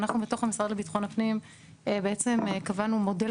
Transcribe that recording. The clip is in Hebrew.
ואנחנו בתוך המשרד לביטחון הפנים קבענו מודל